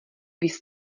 viz